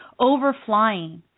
overflying